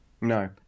no